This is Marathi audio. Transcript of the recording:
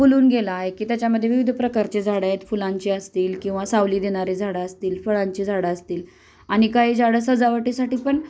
फुलून गेला आहे की त्याच्यामध्ये विविध प्रकारचे झाडं आहेत फुलांची असतील किंवा सावली देणारी झाडं असतील फळांची झाडं असतील आणि काही झाडं सजावटीसाठी पण